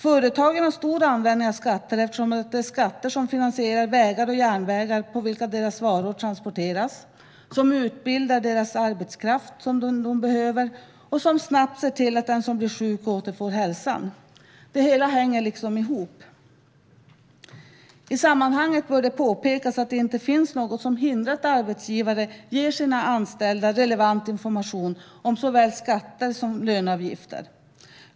Företagen har stor användning av skatter, eftersom det är skatter som finansierar vägar och järnvägar på vilka deras varor transporteras, som utbildar den arbetskraft de behöver och som snabbt ser till att den som blir sjuk återfår hälsan. Det hänger liksom ihop. I sammanhanget bör det påpekas att det inte finns något som hindrar att arbetsgivare ger sina anställda relevant information om såväl skatter som löneavgifter.